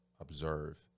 observe